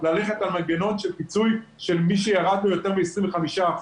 ללכת על מנגנון של פיצוי למי שירד לו יותר מ-25%.